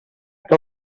que